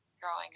growing